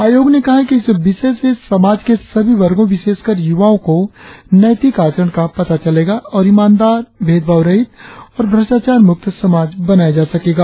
आयोग ने कहा है कि इस विषय से समाज के सभी वर्गों विशेषकर युवाओं को नैतिक आचरण का पता चलेगा और ईमानदार भेदभाव रहित और भ्रष्टाचार मुक्त समाज बनाया जा सकेगा